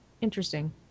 Interesting